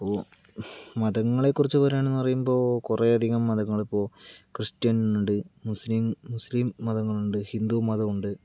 ഇപ്പോൾ മതങ്ങളെക്കുറിച്ച് പറയാണെന്ന് പറയുമ്പോൾ കുറെയധികം മതങ്ങളിപ്പോൾ ക്രിസ്ത്യൻ ഉണ്ട് മുസ്ലിം മുസ്ലിം മതങ്ങളുണ്ട് ഹിന്ദുമതം ഉണ്ട്